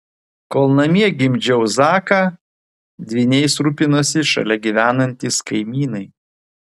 kol namie gimdžiau zaką dvyniais rūpinosi šalia gyvenantys kaimynai